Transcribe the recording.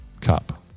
Cup